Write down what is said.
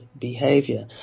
behavior